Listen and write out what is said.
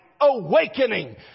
awakening